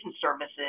services –